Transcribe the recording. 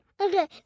Okay